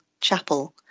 chapel